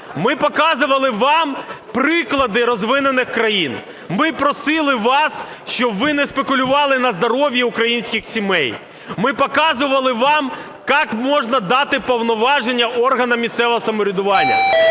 Ми показували вам приклади розвинених країн. Ми просили вас, щоб ви не спекулювали на здоров'ї українських сімей. Ми показували вам, як можна дати повноваження органам місцевого самоврядування.